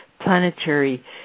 planetary